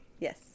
Yes